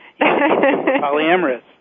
Polyamorous